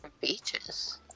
beaches